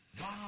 Wow